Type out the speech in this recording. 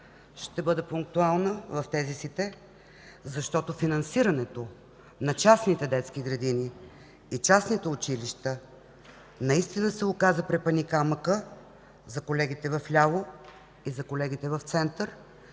Ще бъда пунктуална в тезите си, защото финансирането на частните детски градини и частните училища наистина се оказа препъникамъкът за колегите вляво и за колегите в центъра,